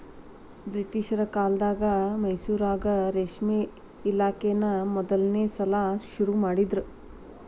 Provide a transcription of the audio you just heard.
ಬ್ರಿಟಿಷರ ಕಾಲ್ದಗ ಮೈಸೂರಾಗ ರೇಷ್ಮೆ ಇಲಾಖೆನಾ ಮೊದಲ್ನೇ ಸಲಾ ಶುರು ಮಾಡಿದ್ರು